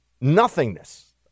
nothingness